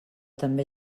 també